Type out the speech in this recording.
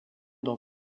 d’en